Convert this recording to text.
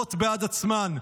ומכאיבות בעד עצמן.